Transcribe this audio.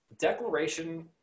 declaration